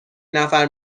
نفر